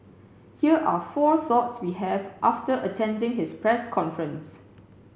here are four thoughts we have after attending his press conference